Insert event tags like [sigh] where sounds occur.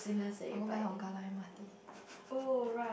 I'll go buy from kallang M_R_T [laughs]